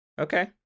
Okay